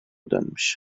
dönmüş